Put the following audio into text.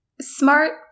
smart